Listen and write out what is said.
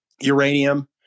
uranium